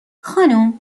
خانوم